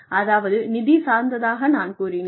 அதாவது நிதி சார்ந்ததாக நான் கூறினேன்